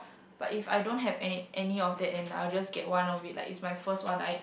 but if I don't have any any of that and I'll just get one of it like it's my first one I